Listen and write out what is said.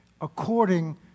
according